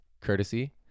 courtesy